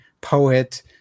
poet